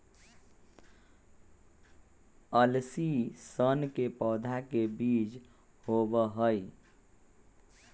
अलसी सन के पौधे के बीज होबा हई